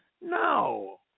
No